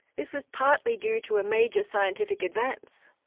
this was partly due to a major scientific advance.